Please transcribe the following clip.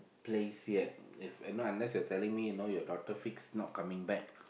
place yet if and not unless you're telling me you know your daughter fixed not coming back